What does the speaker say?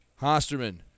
Hosterman